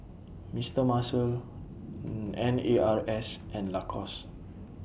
Mister Muscle N A R S and Lacoste